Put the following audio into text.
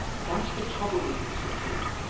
that's the trouble with you, said kate.